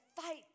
fight